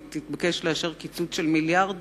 היא תתבקש לאשר קיצוץ של מיליארד